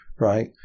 right